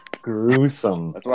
gruesome